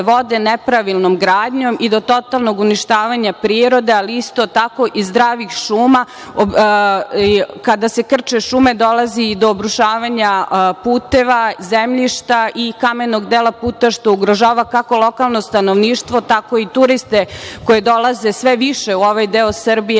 vode nepravilnom gradnjom i do totalnog uništavanja prirode, ali isti tako i zdravih šuma i kada se krče šume dolazi do obrušavanja puteva, zemljišta i kamenog dela puta, što ugrožava kako lokalno stanovništvo, tako i turiste koji dolaze sve više u ovaj deo Srbije,